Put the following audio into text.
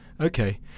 Okay